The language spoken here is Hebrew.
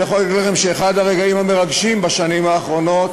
אני יכול להגיד לכם שאחד הרגעים המרגשים בשנים האחרונות